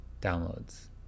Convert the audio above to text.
downloads